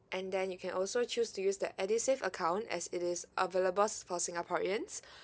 and then you can also choose to use the edusave account as it is available for singaporeans